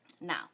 Now